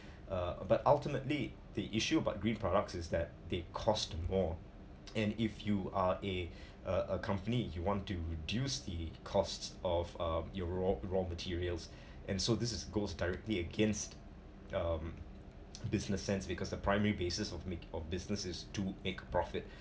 uh but ultimately the issue by green products is that they cost more and if you are uh a a company you want to reduce the cost of uh your your raw materials and so this is goes directly against um business sense because the primary basis of make of businesses is to make the profit